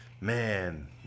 Man